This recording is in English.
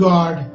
God